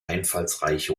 einfallsreiche